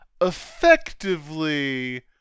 effectively